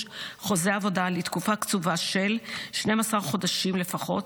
חוזה עבודה לתקופה קצובה של 12 חודשים לפחות,